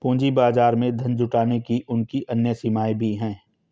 पूंजी बाजार में धन जुटाने की उनकी अन्य सीमाएँ भी हैं